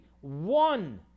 one